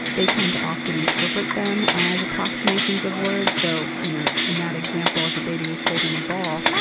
they tend to often interpret them as approximations of words. so, you know, in that example, if a baby was holding a ball.